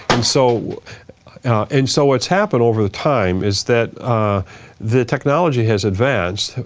so and so what's happened over the time is that the technology has advanced.